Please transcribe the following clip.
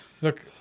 Look